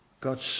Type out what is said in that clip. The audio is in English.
God's